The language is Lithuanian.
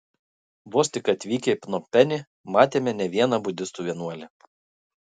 vos tik atvykę į pnompenį matėme ne vieną budistų vienuolį